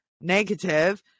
negative